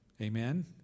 Amen